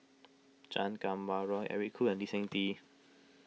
Chan Kum Wah Roy Eric Khoo and Lee Seng Tee